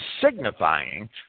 signifying